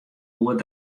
goed